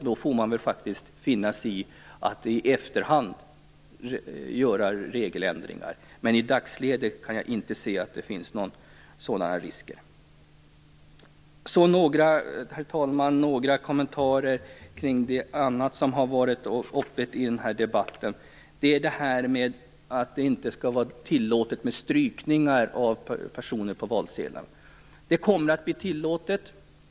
Då får man finna sig i att göra regeländringar i efterhand. Men i dagsläget kan jag inte se att det finns några sådan risker. Herr talman! Så några kommentarer till en annan sak som har varit uppe i den här debatten, nämligen att det inte skall vara tillåtet med strykningar av personer på valsedlarna. Det kommer att bli tillåtet.